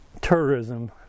tourism